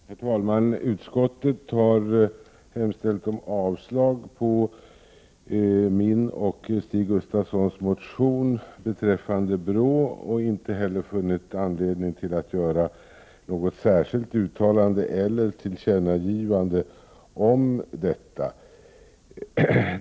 Herr talman! Utskottet har hemställt om avslag på min och Stig Gustafssons motion beträffande BRÅ och har inte heller funnit anledning att göra något särskilt uttalande eller tillkännagivande med anledning av denna.